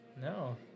No